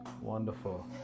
Wonderful